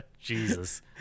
Jesus